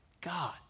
God